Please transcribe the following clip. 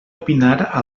opinar